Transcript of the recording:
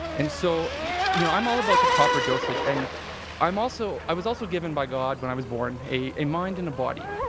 and so yeah you know i'm all about the proper dosage and i'm also i was also given by god when i was born a mind and a body.